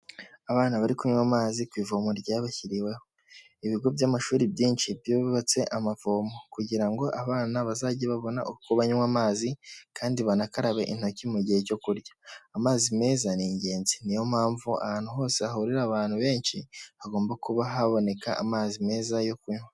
Abana bari kunywa amazi ku ivomo ryabashyiriweho. Ibigo by'amashuri byinshi byubatse amavomo, kugira ngo abana bazajye babona uko banywa amazi, kandi banakarabe intoki mu gihe cyo kurya. Amazi meza ni ingenzi, niyo mpamvu ahantu hose hahurira abantu benshi, hagomba kuba haboneka amazi meza yo kunywa.